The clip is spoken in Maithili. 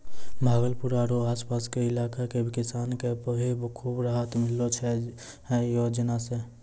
भागलपुर आरो आस पास के इलाका के किसान कॅ भी खूब राहत मिललो छै है योजना सॅ